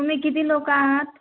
तुम्ही किती लोकं आहात